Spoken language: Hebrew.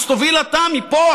אז תוביל אתה מפה,